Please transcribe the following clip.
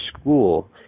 school